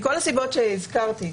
מכל הסיבות שהזכרתי,